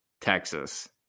Texas